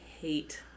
hate